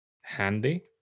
handy